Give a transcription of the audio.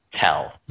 Tell